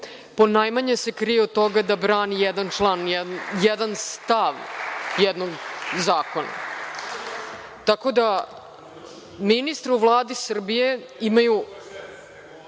ponajmanje se krije od toga da brani jedan član, jedan stav jednog zakona. Tako da, ministri u Vladi Srbije imaju